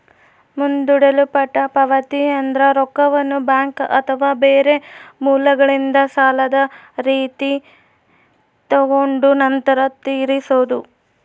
ಮುಂದೂಡಲ್ಪಟ್ಟ ಪಾವತಿಯೆಂದ್ರ ರೊಕ್ಕವನ್ನ ಬ್ಯಾಂಕ್ ಅಥವಾ ಬೇರೆ ಮೂಲಗಳಿಂದ ಸಾಲದ ರೀತಿ ತಗೊಂಡು ನಂತರ ತೀರಿಸೊದು